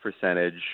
percentage